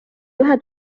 ühe